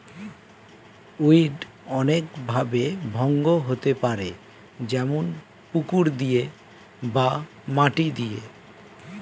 weed অনেক ভাবে ভঙ্গ হতে পারে যেমন পুকুর দিয়ে বা মাটি দিয়ে